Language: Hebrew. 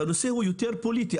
הנושא הוא יותר פוליטי,